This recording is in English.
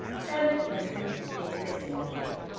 janet listened with eager sympathy.